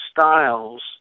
styles